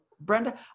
Brenda